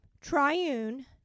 triune